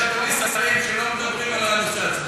יש שרים שלא מדברים על הנושא עצמו,